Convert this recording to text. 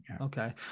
okay